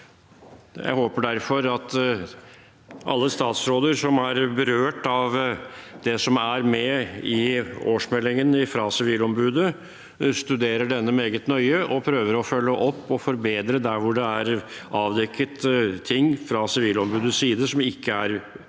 Jeg håper derfor at alle statsråder som er berørt av det som er med i årsmeldingen fra Sivilombudet, studerer den meget nøye og prøver å følge opp og forbedre der det fra Sivilombudets side er avdekket